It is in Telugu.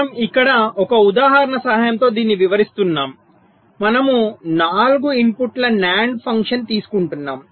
మనము ఇక్కడ ఒక ఉదాహరణ సహాయంతో దీనిని వివరిస్తున్నాము మనము 4 ఇన్పుట్ ల NAND ఫంక్షన్ తీసుకుంటాము